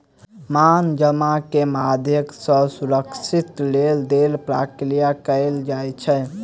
मांग जमा के माध्यम सॅ सुरक्षित लेन देनक प्रक्रिया कयल जा सकै छै